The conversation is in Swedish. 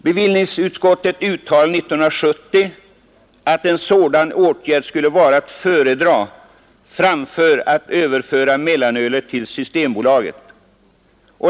Bevillningsutskottet uttalade 1970 att en sådan åtgärd skulle vara att föredra framför att överföra mellanölet till systembolaget.